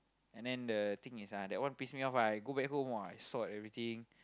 and then the thing is ah that one piss me off ah I go back home !wah! I sort everything